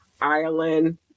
Ireland